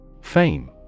Fame